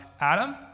Adam